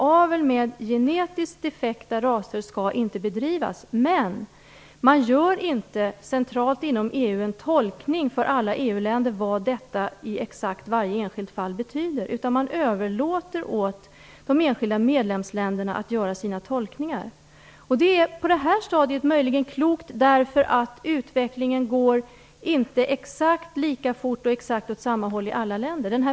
Avel med genetiskt defekta raser skall inte bedrivas, men man gör inte en central tolkning inom EU för alla EU-länder vad detta betyder i exakt varje enskilt fall. Man överlåter åt de enskilda medlemsländerna att göra sina tolkningar. Det är möjligen klokt på det här stadiet eftersom utvecklingen inte går exakt lika fort och exakt åt samma håll i alla länder.